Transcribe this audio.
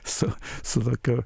su su tokiu